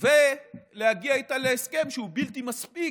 ולהגיע איתה להסכם, שהוא בלתי מספיק.